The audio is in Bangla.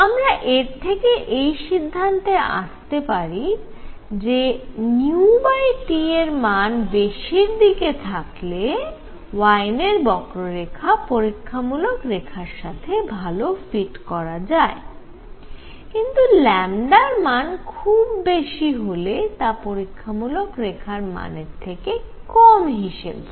আমরা এর থেকে এই সিদ্ধান্তে আসতে পারি যে νT এর মান বেশির দিকে থাকলে ওয়েইনের বক্ররেখা পরীক্ষামূলক রেখার সাথে ভাল ফিট করা যায় কিন্তু র মান খুব বেশি হলে তা পরীক্ষামূলক রেখার মানের থেকে কম হিসেব করে